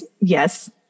Yes